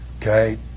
Okay